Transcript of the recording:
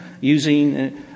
using